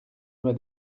loi